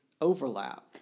overlap